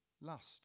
lust